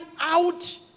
out